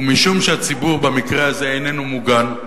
ומשום שהציבור, במקרה הזה, איננו מוגן,